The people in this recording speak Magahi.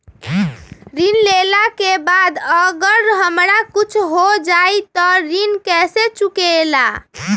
ऋण लेला के बाद अगर हमरा कुछ हो जाइ त ऋण कैसे चुकेला?